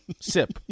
Sip